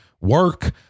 work